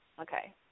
Okay